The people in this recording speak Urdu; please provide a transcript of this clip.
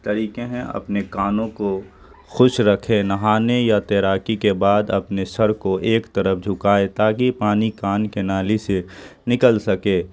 طریقے ہیں اپنے کانوں کو خوش رکھے نہانے یا تیراکی کے بعد اپنے سر کو ایک طرف جھکائے تاکہ پانی کان کے نالی سے نکل سکے